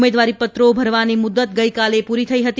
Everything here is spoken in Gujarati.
ઉમેદવારીપત્રો ભરવાની મુદત ગઇકાલે પૂરી થઇ હતી